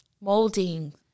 molding